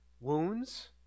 wounds